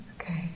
Okay